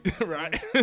Right